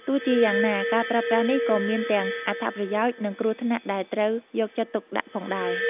ទោះជាយ៉ាងណា ការប្រើប្រាស់នេះក៏មានទាំងអត្ថប្រយោជន៍ និងគ្រោះថ្នាក់ដែលត្រូវយកចិត្តទុកដាក់ផងដែរ។